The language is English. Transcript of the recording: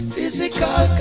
Physical